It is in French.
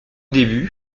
début